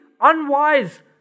unwise